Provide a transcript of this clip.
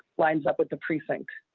winds up at the precinct.